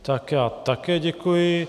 Tak já také děkuji.